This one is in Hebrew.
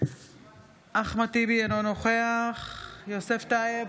אחמד טיבי, אינו נוכח יוסף טייב,